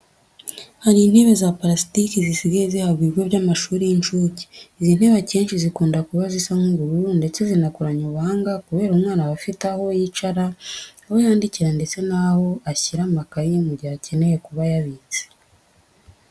Hari intebe za parasitike zisigaye zihabwa ibigo by'amashuri y'inshuke. Izi ntebe akenshi zikunda kuba zisa nk'ubururu ndetse zinakoranye ubuhanga kubera ko umwana aba afite aho yicara, aho yandikira ndetse n'aho ashyira amakayi mu gihe akeneye kuba ayabitse.